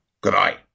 Goodbye